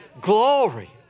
Glory